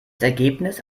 ergebnis